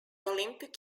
olympic